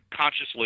consciously